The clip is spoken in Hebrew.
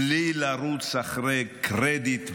בלי לרוץ אחרי קרדיט ומחמאות.